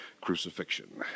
crucifixion